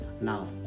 now